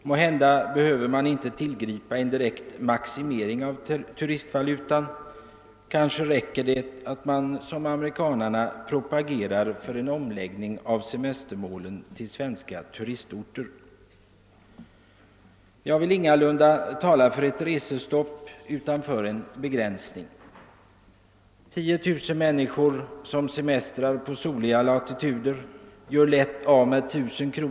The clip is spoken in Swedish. Måhända behöver man inte till gripa en direkt maximering av turistvalutatilldelningen — kanske räcker det med att man som amerikanerna progagerar för en omläggning av semesterresorna till svenska turistorter. Jag vill ingalunda tala för ett resestopp, men väl för en begränsning. Om 10 000 människor semesterar på soliga latituder och gör av med 1 000 kr.